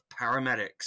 paramedics